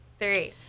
three